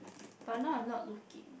but now I'm not looking